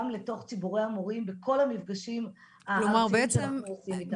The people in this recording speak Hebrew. לתוך ציבורי המורים בכל המפגשים הארציים שאנחנו עושים איתם.